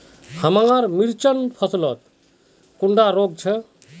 हमार मिर्चन फसल कुंडा रोग छै?